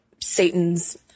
Satan's